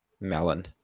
melon